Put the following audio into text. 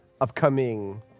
upcoming